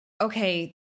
okay